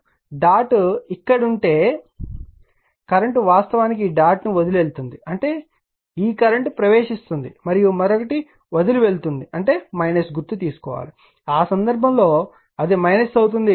ఎందుకంటే డాట్ ఇక్కడ ఉంటే కరెంట్ వాస్తవానికి ఈ డాట్ను వదిలి వెళ్తుంది అంటే ఈ కరెంట్ ప్రవేశిస్తుంది మరియు మరొకటి వదిలి వెళుతుంటే గుర్తు తీసుకోవాలి ఆ సందర్భంలో అది అవుతుంది